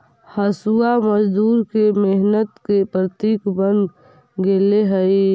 हँसुआ मजदूर के मेहनत के प्रतीक बन गेले हई